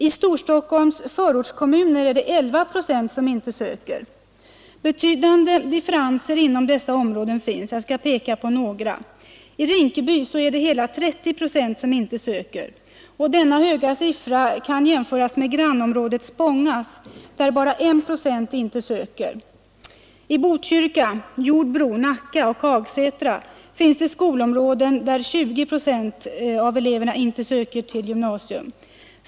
I Storstockholms förortskommuner är det 11 procent som inte söker. Betydande differenser finns inom dessa områden. Jag skall peka på några. I Rinkeby är det hela 30 procent som inte söker. Denna höga siffra kan jämföras med grannområdet Spångas, där bara 1 procent inte söker. I Botkyrka, Jordbro, Nacka och Hagsätra finns det skolområden där 20 procent inte söker till gymnasium.